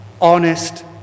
honest